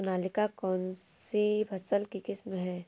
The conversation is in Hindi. सोनालिका कौनसी फसल की किस्म है?